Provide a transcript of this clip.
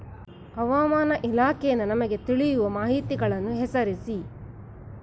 ಹವಾಮಾನ ಇಲಾಖೆಯಿಂದ ನಮಗೆ ತಿಳಿಯುವ ಮಾಹಿತಿಗಳನ್ನು ಹೆಸರಿಸಿ?